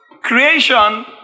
Creation